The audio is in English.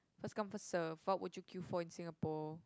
first come first serve what would you queue for in Singapore